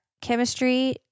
chemistry